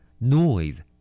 Noise